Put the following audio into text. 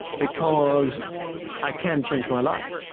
because i can change my life,